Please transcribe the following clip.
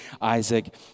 Isaac